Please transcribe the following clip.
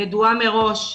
ידועה מראש,